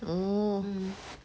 orh